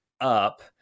up